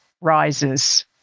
Rises